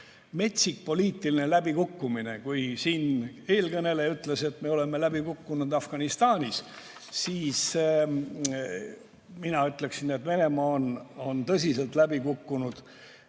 metsik poliitiline läbikukkumine. Eelkõneleja ütles, et me oleme läbi kukkunud Afganistanis, mina ütleksin, et Venemaa on tõsiselt läbi kukkunud